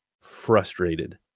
frustrated